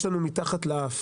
יש לנו מתחת לאף